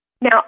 Now